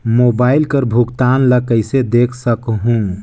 Mobile कर भुगतान ला कइसे देख सकहुं?